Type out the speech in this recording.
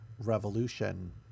revolution